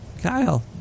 Kyle